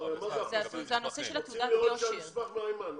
צריך לראות שהמסמך מהימן.